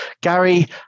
Gary